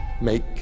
Make